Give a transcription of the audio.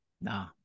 No